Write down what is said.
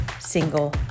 single